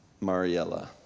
Mariella